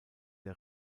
der